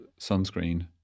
sunscreen